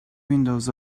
windows